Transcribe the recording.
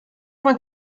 vingt